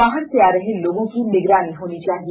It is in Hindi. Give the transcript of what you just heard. बाहर से आ रहे लोगों की निगरानी होनी चाहिए